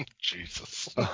Jesus